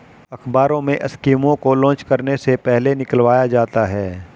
अखबारों में स्कीमों को लान्च करने से पहले निकलवाया जाता है